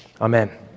Amen